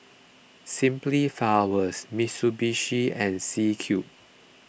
Simply Flowers Mitsubishi and C Cube